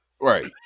Right